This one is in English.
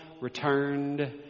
Returned